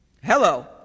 Hello